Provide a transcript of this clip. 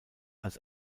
als